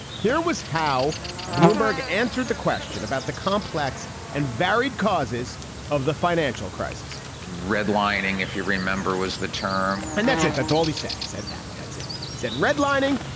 here was how bloomberg answered the question about the complex and varied causes of the financial crisis red lining, if you remember, was the term and that's it. that's all he said. he said that that's it. said redlining.